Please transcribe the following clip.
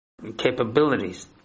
capabilities